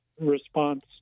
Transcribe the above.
response